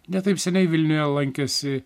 ne taip seniai vilniuje lankėsi